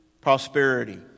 prosperity